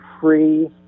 free